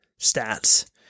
stats